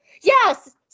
yes